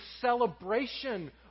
celebration